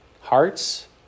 hearts